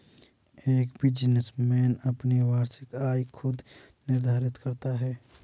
एक बिजनेसमैन अपनी वार्षिक आय खुद निर्धारित करता है